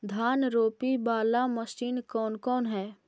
धान रोपी बाला मशिन कौन कौन है?